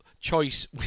...choice